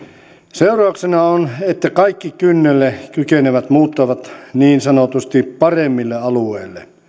seurauksena on se että kaikki kynnelle kykenevät muuttavat niin sanotusti paremmille alueille